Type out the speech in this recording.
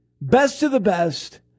best-of-the-best